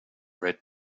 red